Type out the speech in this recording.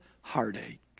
heartache